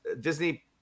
Disney